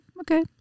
Okay